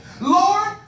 Lord